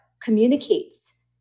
communicates